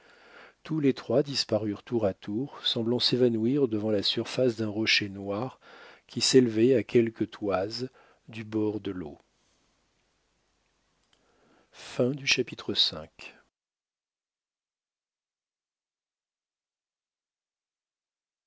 tous les trois disparurent tour à tour semblant s'évanouir devant la surface d'un rocher noir qui s'élevait à quelques toises du bord de l'eau